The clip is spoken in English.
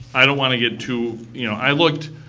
i don't want to get too you know i looked